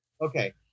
Okay